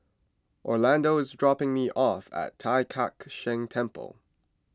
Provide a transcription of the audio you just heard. Orlando is dropping me off at Tai Kak Seah Temple